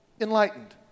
Enlightened